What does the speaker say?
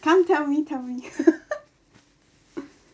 come tell me tell me